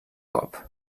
cop